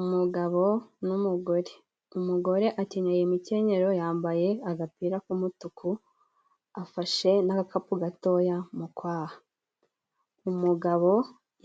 Umugabo n'umugore umugore akeneye imikenyerero yambaye agapira k'umutuku, afashe n'agakapu gatoya mu umugabo